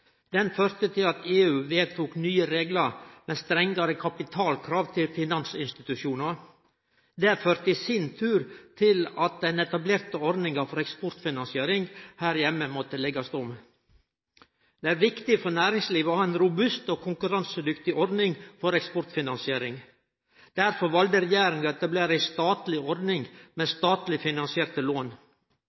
Den krisa førte til at EU vedtok nye reglar om strengare kapitalkrav til finansinstitusjonar. Det førte i sin tur til at den etablerte ordninga for eksportfinansiering her heime måtte leggjast om. Det er viktig for næringslivet å ha ei robust og konkurransedyktig ordning for eksportfinansiering. Derfor valde regjeringa å etablere ei statleg ordning med statleg finansierte lån.